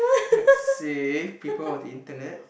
let's see people on the internet